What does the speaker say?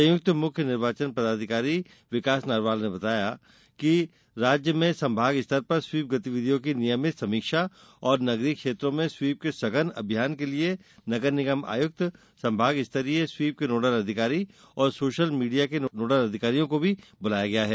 संयुक्त मुख्य निर्वाचन पदाधिकारी विकास नरवाल ने बताया है कि राज्य में संभाग स्तर पर स्वीप गतिविधियों की नियमित समीक्षा एवं नगरीय क्षेत्रों में स्वीप के सघन अभियान के लिये नगर निगम आयुक्त संभाग स्तरीय स्वीप के नोडल अधिकारी और सोशल मीडिया के नोडल अधिकारियों को भी बुलाया गया है